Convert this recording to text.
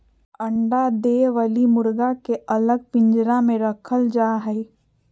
अंडा दे वली मुर्गी के अलग पिंजरा में रखल जा हई